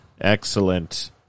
excellent